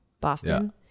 Boston